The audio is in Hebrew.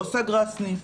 לא סגרה סניף,